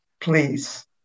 please